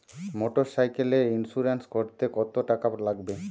মোটরসাইকেলের ইন্সুরেন্স করতে কত টাকা লাগে?